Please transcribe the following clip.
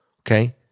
okay